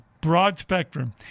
broad-spectrum